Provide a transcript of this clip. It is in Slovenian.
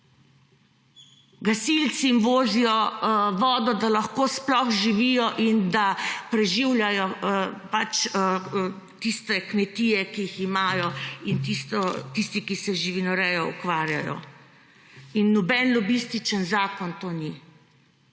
Gasilci jim vozijo vodo, da lahko sploh živijo in da preživljajo tiste kmetije, ki jih imajo, in tiste, ki se z živinorejo ukvarjajo. In noben lobističen zakon ni